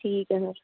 ਠੀਕ ਹੈ ਸਰ